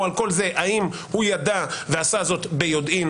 האם הוא עשה זאת ביודעין,